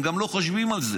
הם גם לא חושבים על זה.